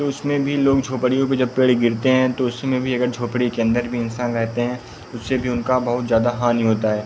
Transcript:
तो उसमें भी लोग झोपड़ियों पर जब पेड़ गिरते हैं तो उसमें भी अगर झोपड़ी के अंदर भी इंसान रहते हैं उससे भी उनका बहुत ज़्यादा हानी होता है